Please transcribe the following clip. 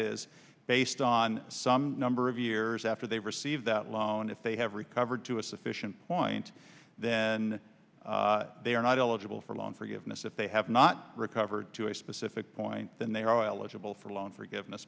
is based on some number of years after they receive that loan if they have recovered to a sufficient point then they are not eligible for a loan forgiveness if they have not recovered to a specific point then they a